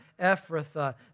Ephrathah